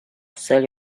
sell